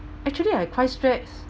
actually I quite stress